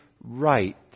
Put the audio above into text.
right